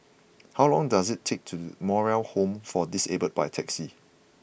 how long does it take to The Moral Home for Disabled by taxi